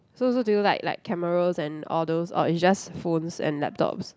so so do you like like cameras and all those or is just phones and laptops